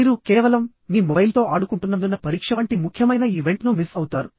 మీరు కేవలం మీ మొబైల్తో ఆడుకుంటున్నందున పరీక్ష వంటి ముఖ్యమైన ఈవెంట్ను మిస్ అవుతారు